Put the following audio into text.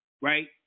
Right